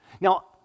Now